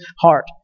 heart